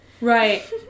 Right